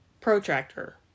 Protractor